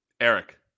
Eric